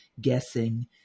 guessing